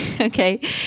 Okay